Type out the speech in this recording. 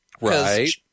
Right